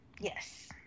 Yes